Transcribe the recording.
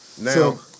Now